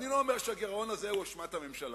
אני לא אומר שהגירעון הזה הוא אשמת הממשלה.